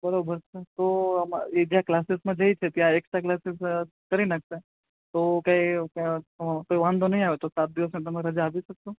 બરોબર છે તો એ જ્યાં ક્લાસીસમાં જાય છે ત્યાં એકસ્ટ્રા ક્લાસીસ કરી નાંખશે તો કંઈ કંઈ વાંધો નહીં આવે સાત દિવસની તમે રજા આપી શકશો